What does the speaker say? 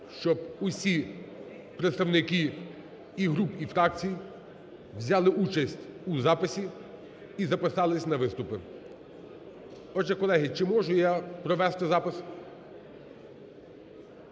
щоб усі представники і груп, і фракцій взяли участь у записі і записались на виступи. Отже, колеги, чи можу я провести запис?